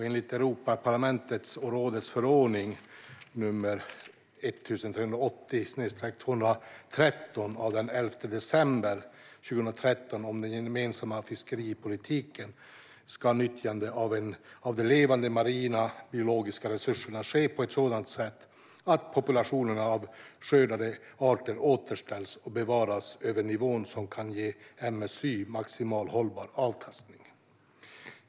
Enligt Europaparlamentets och rådets förordning nr 1380/2013 av den 11 december 2013 om den gemensamma fiskeripolitiken ska nyttjandet av de levande marina biologiska resurserna ske på ett sådant sätt att populationerna av skördade arter återställs och bevaras över nivåer som kan ge MSY, maximal hållbar avkastning.